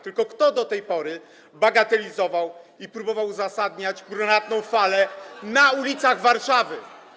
Tylko kto do tej pory bagatelizował i próbował uzasadniać brunatną falę na ulicach Warszawy?